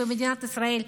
במדינת ישראל,